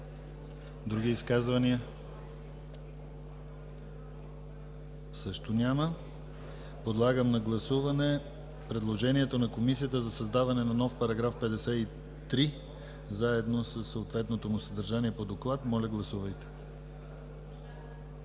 Други изказвания? Също няма. Подлагам на гласуване предложението на Комисията за създаване на нов § 53 заедно със съответното му съдържание по доклада. Гласували